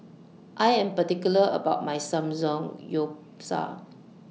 I Am particular about My Samgeyopsal